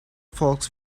folks